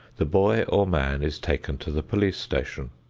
the boy or man is taken to the police station.